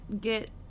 get